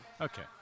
okay